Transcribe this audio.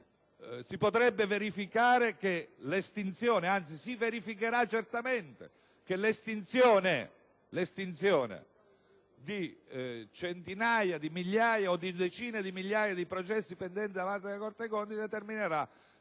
si potrebbe verificare (anzi, si verificherà certamente) che l'estinzione di centinaia di migliaia o di decine di migliaia di processi pendenti davanti alla Corte dei conti determinerà